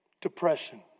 depression